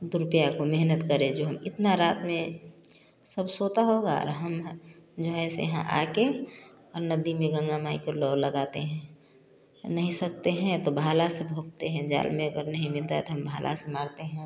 दो रुपये को मेहनत करें जो हम इतना रात में सब सोता होगा और हम जो ऐसे यहाँ आ कर और नदी में गंगा माई के लॉ लगाते हैं नहीं सकते हैं तो भाला से भोंकते हैं जाल में अगर नहीं मिलता हैं त हम भाला से मारते हैं